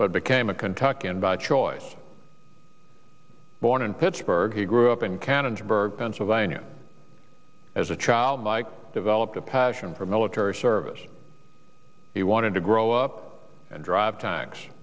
but became a kentucky and by choice born in pittsburgh he grew up in canada burg pennsylvania as a child like developed a passion for military service he wanted to grow up and drive tanks